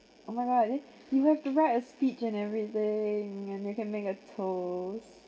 oh my god then you have to write a speech and everything and they can make a toast